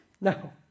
No